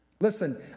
Listen